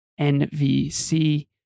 NVC